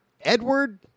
Edward